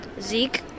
Zeke